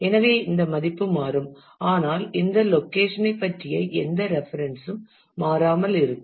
எனவே இந்த மதிப்பு மாறும் ஆனால் இந்த லொகேஷன் ஐ பற்றிய எந்த ரெஃபரன்ஸஸ் ம் மாறாமல் இருக்கும்